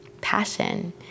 passion